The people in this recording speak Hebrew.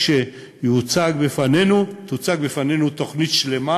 כשתוצג בפנינו תוכנית שלמה,